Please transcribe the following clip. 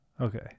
okay